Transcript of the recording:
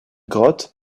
grotte